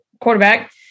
quarterback